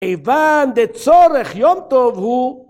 ‫כיון דצורך יום טוב הוא,